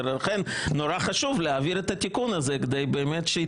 ולכן נורא חשוב להעביר את התיקון הזה כדי שהיא